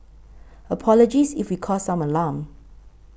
apologies if we caused some alarm